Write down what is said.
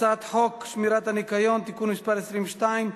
הצעת חוק שמירת הניקיון (תיקון מס' 22)